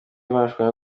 marushanwa